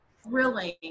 thrilling